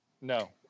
No